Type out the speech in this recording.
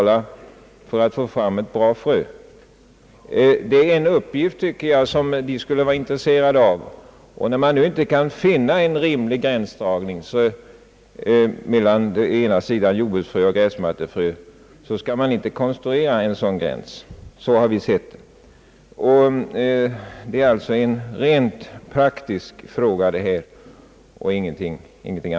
Jag tycker att de måste ha ett intresse därav och att de därför borde vara med och betala. När man nu inte kan åstadkomma en rimlig gränsdragning mellan jordbruksfrö och gräsmattefrö, skall man inte konstruera en sådan gräns. Så har vi sett det. Detta är alltså främst en rent praktisk fråga.